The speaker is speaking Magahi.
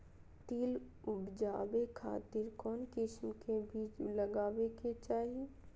तिल उबजाबे खातिर कौन किस्म के बीज लगावे के चाही?